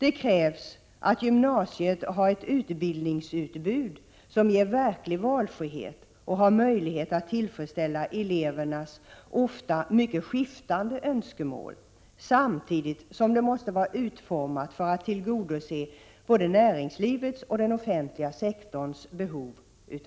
Det krävs att gymnasiet har ett utbildningsutbud som ger verklig valfrihet och har möjlighet att tillfredsställa elevernas ofta mycket skiftande önskemål, samtidigt som det måste vara utformat för att tillgodose både näringslivets och den offentliga sektorns behov